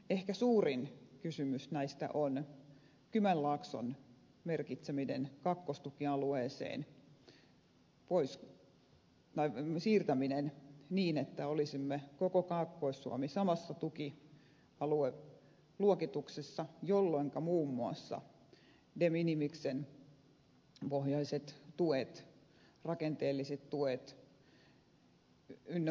ehkä suurin kysymys näistä on kymenlaakson siirtäminen kakkostukialueeseen niin että olisimme koko kaakkois suomi samassa tukialueluokituksessa jolloinka muun muassa de minimiksen pohjoiset tuet rakenteelliset tuet ynnä muuta